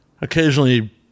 Occasionally